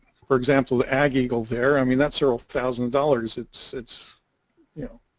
for example the a giggle there i mean that several thousand dollars it'sit's you know